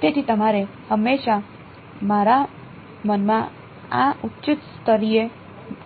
તેથી તમારે હંમેશા મારા મનમાં આ ઉચ્ચ સ્તરીય